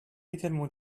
également